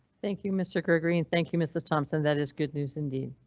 thank you mr. gregory and thank you mrs. thompson that is good news indeed.